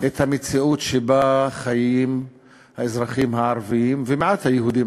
את המציאות שבה חיים האזרחים הערבים ומעט היהודים,